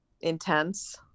intense